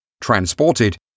transported